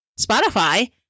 Spotify